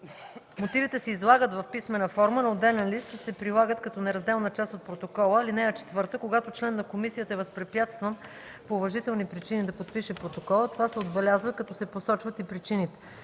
Мотивите се излагат в писмена форма на отделен лист и се прилагат като неразделна част от протокола. (3) Когато член на комисията е възпрепятстван по уважителни причини да подпише протокола, това се отбелязва, като се посочват и причините.